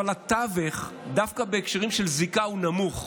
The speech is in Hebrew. אבל התווך, דווקא בהקשרים של זיקה, הוא נמוך.